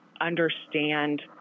understand